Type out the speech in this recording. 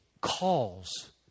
calls